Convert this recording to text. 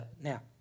now